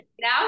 Now